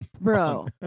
Bro